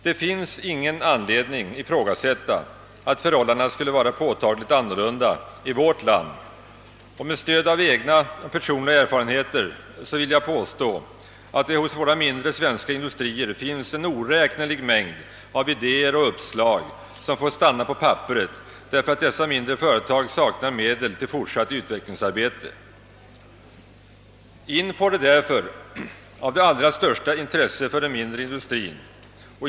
Det finns ingen anledning att ifrågasätta att förhållandena skulle vara väsentligt an norlunda i vårt land. Med stöd av egna erfarenheter vill jag påstå att hos våra mindre svenska industrier en oräknelig mängd idéer och uppslag fått stanna på papperet därför att dessa mindre företag saknar medel till fortsatt utvecklingsarbete. INFOR är därför av allra största intresse för den mindre industrin.